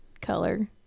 color